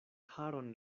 haron